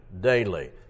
daily